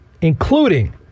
including